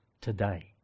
today